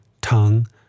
tongue